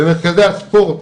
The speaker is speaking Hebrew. ומרכזי הספורט,